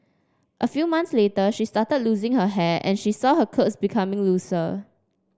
a few months later she started losing her hair and she saw her clothes becoming looser